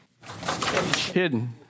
hidden